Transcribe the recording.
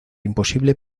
imposible